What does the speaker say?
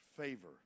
Favor